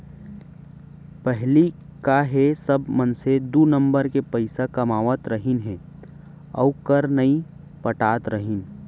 पहिली का हे सब मनसे दू नंबर के पइसा कमावत रहिन हे अउ कर नइ पटात रहिन